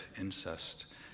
incest